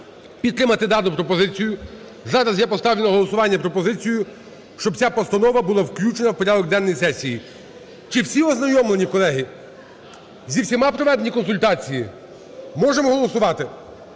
підтримати дану пропозицію. Зараз я поставлю на голосування пропозицію, щоб ця постанова була включена в порядок денний сесії. Чи всі ознайомлені, колеги? З усіма проведені консультації? Можемо голосувати?